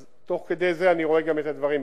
אז תוך כדי זה אני גם רואה את הדברים.